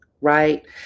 right